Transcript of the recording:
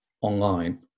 online